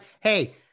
Hey